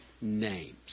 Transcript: Names